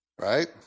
right